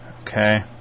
Okay